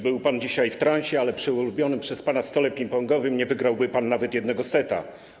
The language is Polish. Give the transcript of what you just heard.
Był pan dzisiaj w transie, ale przy ulubionym przez pana stole ping-pongowym nie wygrałby pan nawet jednego seta.